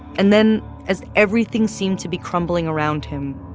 and then as everything seemed to be crumbling around him,